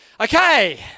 Okay